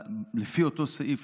לפי אותו סעיף,